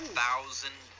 thousand